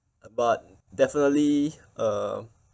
but definitely uh